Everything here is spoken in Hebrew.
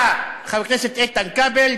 חבר הכנסת איתן כבל,